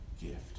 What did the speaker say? gift